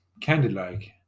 candy-like